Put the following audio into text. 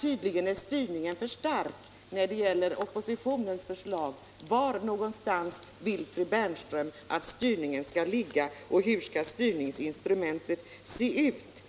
Tydligen är den dock för stark när det gäller oppositionens förslag. Var vill fru Bernström att styrningen skall ligga och hur skall styrningsinstrumentet se ut?